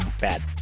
Bad